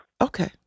okay